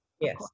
Yes